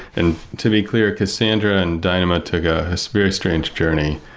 and to be clear, cassandra and dynamo took a ah so very strange journey,